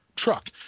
truck